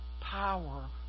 power